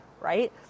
right